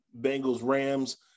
Bengals-Rams